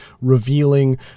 revealing